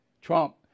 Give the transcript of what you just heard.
Trump